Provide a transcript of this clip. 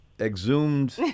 exhumed